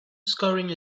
scoring